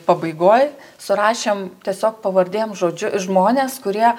pabaigoj surašėm tiesiog pavardėm žodžiu žmones kurie